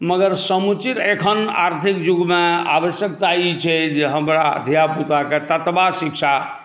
मगर समुचित एखन आर्थिक युगमे आवश्यकता ई छै जे हमरा धिया पुताकेँ ततबा शिक्षा